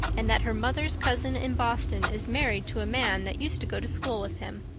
and that her mother's cousin in boston is married to a man that used to go to school with him.